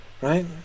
right